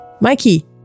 Mikey